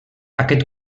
aquest